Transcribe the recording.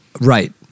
right